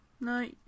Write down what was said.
no